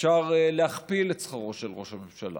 אפשר להכפיל את שכרו של ראש הממשלה.